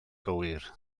gywir